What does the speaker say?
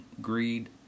greed